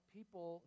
people